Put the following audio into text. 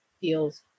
feels